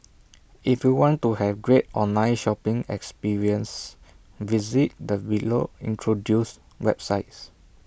if you want to have great online shopping experiences visit the below introduced websites